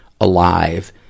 alive